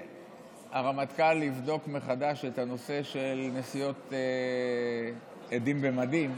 שהרמטכ"ל יבדוק מחדש את הנושא של נסיעות "עדים במדים",